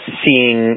seeing